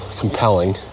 Compelling